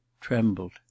trembled